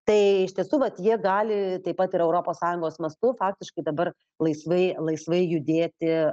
tai iš tiesų vat jie gali taip pat ir europos sąjungos mastu faktiškai dabar laisvai laisvai judėti